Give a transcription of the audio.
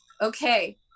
okay